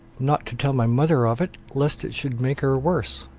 not to tell my mother of it, lest it should make her worse!